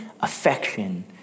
affection